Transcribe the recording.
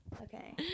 Okay